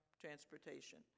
transportation